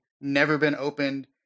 never-been-opened